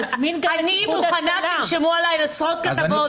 אני מוכנה שירשמו עלי עשרות כתבות,